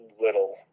little